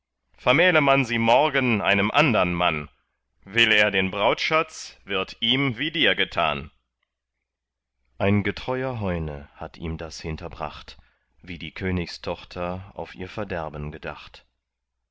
vermähle man sie morgen einem andern mann will er den brautschatz wird ihm wie dir getan ein getreuer heune hatt ihm das hinterbracht wie die königstochter auf ihr verderben gedacht